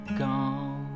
gone